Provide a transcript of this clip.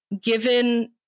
given